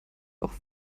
auch